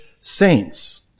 saints